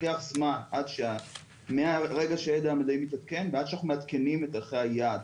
לוקח זמן מהרגע שהידע המדעי מתעדכן ועד שאנחנו מעדכנים את ערכי היעד.